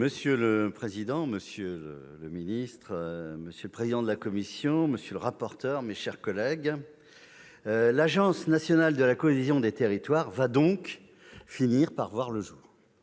Monsieur le président, monsieur le ministre, monsieur le président de la commission, monsieur le rapporteur, mes chers collègues, l'agence nationale de la cohésion des territoires va donc finir par voir le jour.